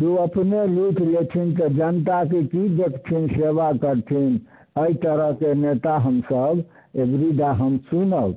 जे अपने लेख लेथिन तऽ ओ जनताके कि देखथिन सेवा करथिन एहि तरहके नेता हमसब अबरी बार हम चुनब